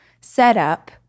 setup